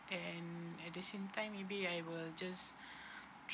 and at the same time maybe I will just